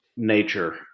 Nature